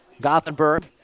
Gothenburg